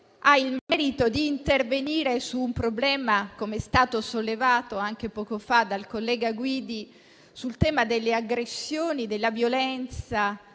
ha il merito di intervenire su un problema - come è stato sollevato poco fa dal collega Guidi - sul tema delle aggressioni, della violenza